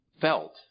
felt